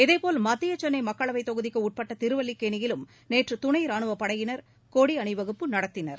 இதேபோல் மத்திய சென்னை மக்களவைத் தொகுதிக்கு உட்பட்ட திருவல்லிக்கேணியிலும் நேற்று துணை ராணுவப் படையினரின் கொடி அணிவகுப்பு நடத்தினர்